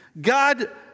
God